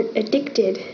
addicted